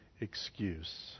excuse